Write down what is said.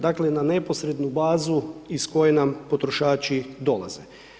Dakle, na neposrednu bazu iz koje nam potrošači dolaze.